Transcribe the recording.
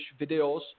videos